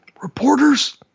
reporters